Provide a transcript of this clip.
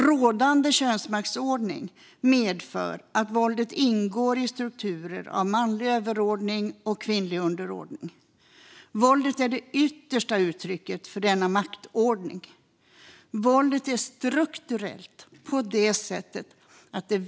Rådande könsmaktsordning medför att våldet ingår i strukturer av manlig överordning och kvinnlig underordning. Våldet är det yttersta uttrycket för denna maktordning. Våldet är strukturellt.